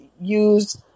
use